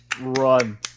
Run